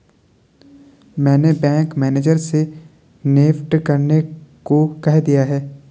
मैंने bank manager से NEFT करने को कह दिया है